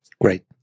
Great